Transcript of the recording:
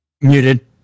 muted